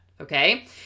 okay